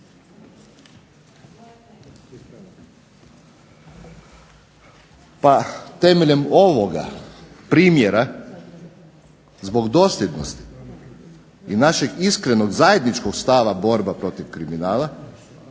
Pa temeljem ovoga primjera zbog dosljednosti i našeg iskrenog zajedničkog stava borba protiv kriminala,